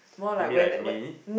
you mean like me